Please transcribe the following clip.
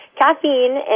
caffeine